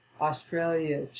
Australia